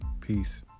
Peace